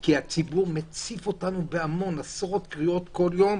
כי הציבור מציף אותנו בעשרות קריאות כל יום,